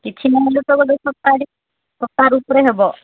କିଛି ନହେଲେ ତ ଗୋଟେ ସପ୍ତାହଟେ ସପ୍ତାହ ଭିତରେ ହେବ